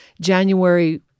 January